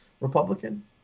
Republican